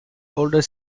older